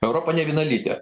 europa nevienalytė